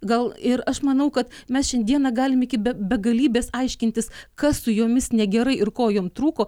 gal ir aš manau kad mes šiandieną galime iki be begalybės aiškintis kas su jomis negerai ir ko jom trūko